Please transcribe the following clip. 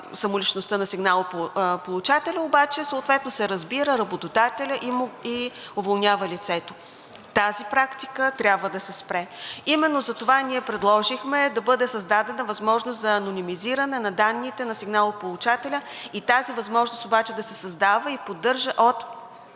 самоличността на сигналополучателя, обаче съответно се разбира, работодателят уволнява лицето. Тази практика трябва да се спре. Именно затова ние предложихме да бъде създадена възможност за анонимизиране на данните на сигналополучателя и тази възможност обаче да се създава и поддържа от